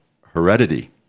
Heredity